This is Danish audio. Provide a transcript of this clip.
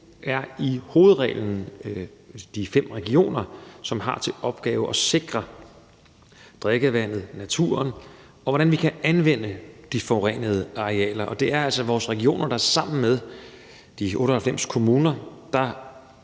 er i hovedreglen de fem regioner, som har til opgave at sikre drikkevandet, naturen, og hvordan vi kan anvende de forurenede arealer, og det er altså vores regioner, der sammen med de 98 kommuner